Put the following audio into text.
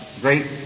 great